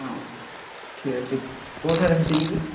ହଁ ଠିକ ଅଛି କୋଉଠାରେ ଭେଟିବି କି